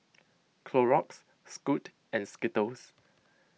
Clorox Scoot and Skittles